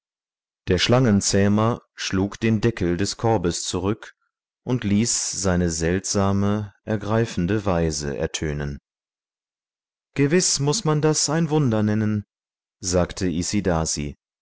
der schlangenzähmer schlug den deckel des korbes zurück und ließ seine seltsame ergreifende weise ertönen gewiß muß man das ein wunder nennen sagte isidasi